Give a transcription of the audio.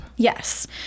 Yes